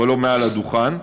אבל לא מעל הדוכן,